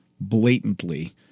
blatantly